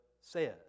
says